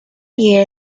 year